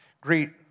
Greet